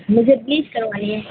مجھے پلیز کروائیے